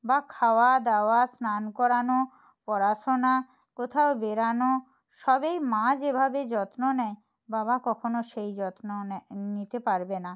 বা খাওয়া দাওয়া স্নান করানো পড়াশোনা কোথাও বেড়ানো সবেই মা যেভাবে যত্ন নেয় বাবা কখনো সেই যত্ন নে নিতে পারবে না